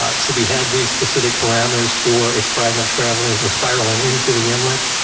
ah so we had these specific parameters for a fragment traveling or spiraling into the inlet.